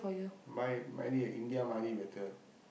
buy buy me a India better